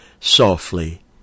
softly